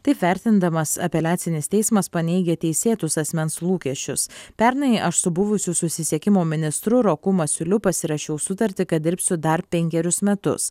taip vertindamas apeliacinis teismas paneigia teisėtus asmens lūkesčius pernai aš su buvusiu susisiekimo ministru roku masiuliu pasirašiau sutartį kad dirbsiu dar penkerius metus